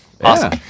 Awesome